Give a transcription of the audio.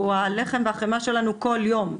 הוא הלחם והחמאה שלנו כל יום.